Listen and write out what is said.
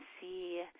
see